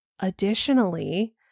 Additionally